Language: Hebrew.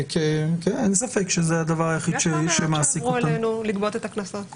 יש רשויות שעברו אלינו כדי לגבות את הקנסות.